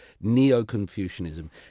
Neo-Confucianism